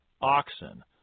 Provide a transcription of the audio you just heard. oxen